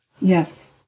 Yes